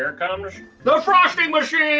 here comes the frosting machine!